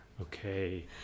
okay